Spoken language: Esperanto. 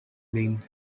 lin